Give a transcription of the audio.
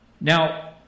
Now